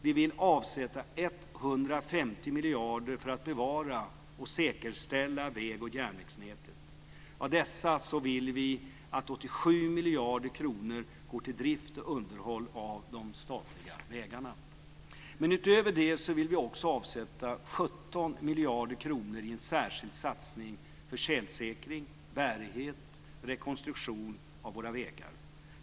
Vi vill avsätta 150 miljarder för att bevara och säkerställa väg och järnvägsnätet. Av dessa vill vi att 87 miljarder kronor går till drift och underhåll av de statliga vägarna. Men utöver det vill vi också avsätta 17 miljarder kronor i en särskild satsning för tjälsäkring, bärighet och rekonstruktion av våra vägar.